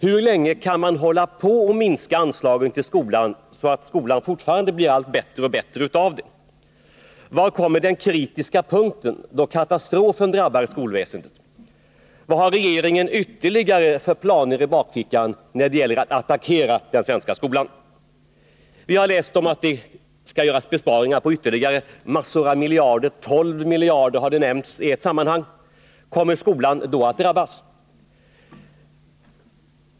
Hur länge kan man hålla på med att minska anslagen till skolan, så att skolan fortfarande blir allt bättre och bättre av det? Var kommer den kritiska punkten, då katastrofen drabbar skolväsendet? Vad har regeringen ytterligare för planer i bakfickan när det gäller att attackera den svenska skolan? Vi har läst att det skall göras besparingar på ytterligare en mängd miljarder — 12 miljarder har nämnts i ett sammanhang. Kommer skolan då att drabbas?